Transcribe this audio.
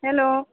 hello